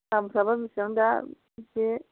दामफ्राबो बेसेबां दा इसे